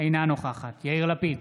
אינה נוכחת יאיר לפיד,